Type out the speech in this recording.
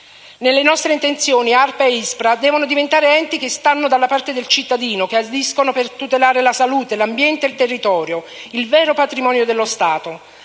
Nelle nostre intenzioni ARPA e ISPRA devono diventare enti che stanno dalla parte del cittadino, che agiscono per tutelare la salute, l'ambiente e il territorio, il vero patrimonio dello Stato.